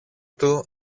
του